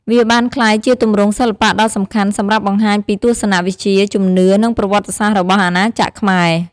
វាបានក្លាយជាទម្រង់សិល្បៈដ៏សំខាន់សម្រាប់បង្ហាញពីទស្សនៈវិជ្ជា ជំនឿ និងប្រវត្តិសាស្ត្ររបស់អាណាចក្រខ្មែរ។